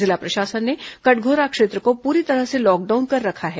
जिला प्रशासन ने कटघोरा क्षेत्र को पूरी तरह से लॉकडाउन कर रखा है